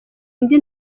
indi